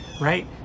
right